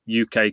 UK